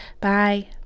Bye